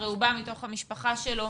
הוא הרי בא מתוך המשפחה שלו.